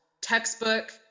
textbook